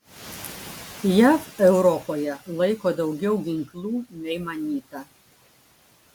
jav europoje laiko daugiau ginklų nei manyta